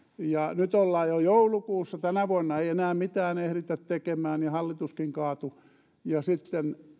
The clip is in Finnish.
nyt ollaan jo joulukuussa tänä vuonna ei enää mitään ehditä tekemään ja hallituskin kaatui sitten